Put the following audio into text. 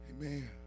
Amen